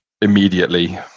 immediately